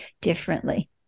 differently